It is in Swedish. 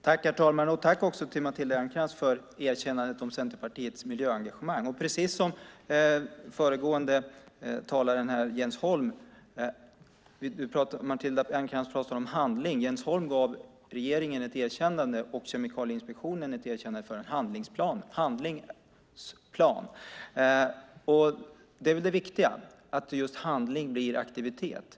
Herr talman! Jag tackar Matilda Ernkrans för erkännandet av Centerpartiets miljöengagemang. Matilda Ernkrans talar om handling. Jens Holm gav regeringen och Kemikalieinspektionen ett erkännande av en handlingsplan. Det viktiga är väl att handling blir till aktivitet.